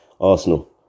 Arsenal